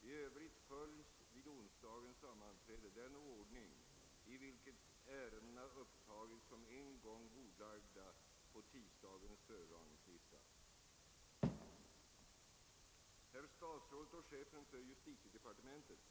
I övrigt följs vid onsdagens sammanträde den ordning, i vilken ärendena upptagits som en gång bordlagda på tisdagens föredragningslista.